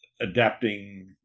adapting